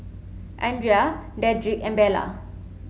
Andria Dedric and Bella